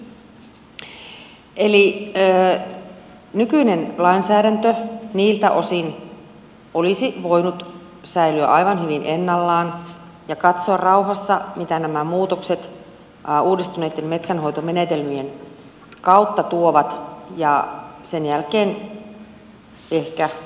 eli nykyinen lainsäädäntö niiltä osin olisi voinut säilyä aivan hyvin ennallaan ja olisi voinut katsoa rauhassa mitä nämä muutokset uudistuneitten metsänhoitomenetelmien kautta tuovat ja sen jälkeen ehkä olisi ollut syytä arvioida tilanne uudestaan